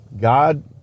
God